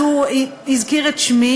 אז הוא הזכיר את שמי,